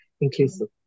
inclusive